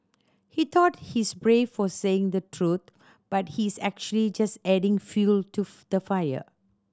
he thought he's brave for saying the truth but he's actually just adding fuel to the fire